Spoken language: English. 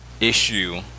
issue